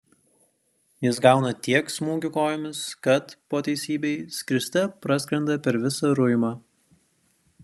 jis gauna tiek smūgių kojomis kad po teisybei skriste praskrenda per visą ruimą